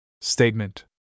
statement